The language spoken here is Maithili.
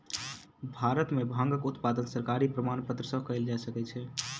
भारत में भांगक उत्पादन सरकारी प्रमाणपत्र सॅ कयल जा सकै छै